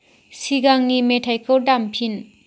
सिगांनि मेथाइखौ दामफिन